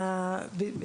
בעצם,